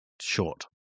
short